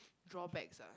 drawbacks ah